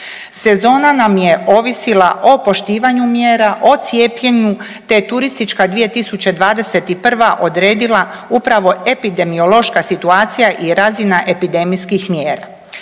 Sezona nam je ovisila o poštivanju mjera, o cijepljenju te je turistička 2021. odredila upravo epidemiološka situacija i razina epidemijskih mjera.